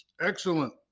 excellent